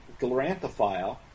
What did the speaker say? gloranthophile